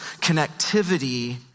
connectivity